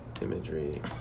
imagery